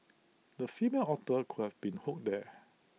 the female otter could have been hooked there